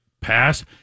pass